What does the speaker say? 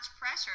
pressure